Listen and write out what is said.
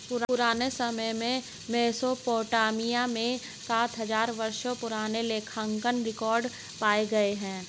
पुराने समय में मेसोपोटामिया में सात हजार वर्षों पुराने लेखांकन रिकॉर्ड पाए गए हैं